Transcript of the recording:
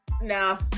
No